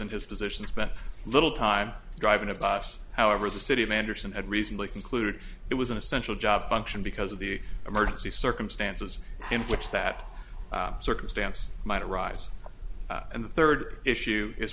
in his position spent a little time driving a bus however the city of anderson and recently concluded it was an essential job function because of the emergency circumstances in which that circumstance might arise and the third issue is